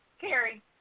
Carrie